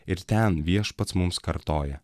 ir ten viešpats mums kartoja